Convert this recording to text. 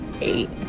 eight